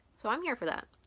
so i'm here for that.